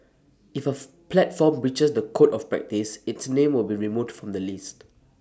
if A platform breaches the code of practice its name will be removed from the list